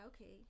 okay